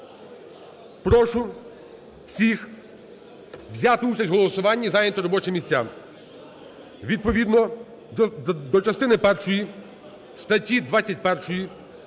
прошу всіх взяти участь в голосуванні і зайняти робочі місця. Відповідно до частини першої статті 21